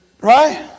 Right